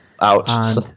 ouch